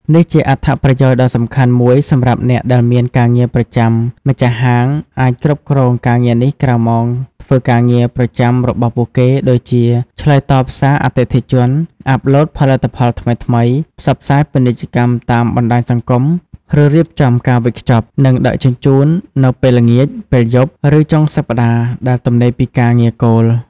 នេះជាអត្ថប្រយោជន៍ដ៏សំខាន់មួយសម្រាប់អ្នកដែលមានការងារប្រចាំម្ចាស់ហាងអាចគ្រប់គ្រងការងារនេះក្រៅម៉ោងធ្វើការប្រចាំរបស់ពួកគេ ដូចជាឆ្លើយតបសារអតិថិជន អាប់ឡូតផលិតផលថ្មីៗ ផ្សព្វផ្សាយពាណិជ្ជកម្មតាមបណ្តាញសង្គម ឬរៀបចំការវេចខ្ចប់ និងដឹកជញ្ជូននៅពេលល្ងាច ពេលយប់ ឬចុងសប្តាហ៍ដែលទំនេរពីការងារគោល។